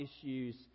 issues